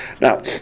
Now